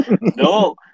No